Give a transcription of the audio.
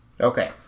Okay